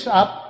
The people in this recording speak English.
up